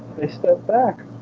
they step back